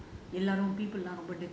because of this COVID situation